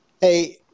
Hey